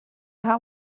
how